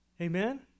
Amen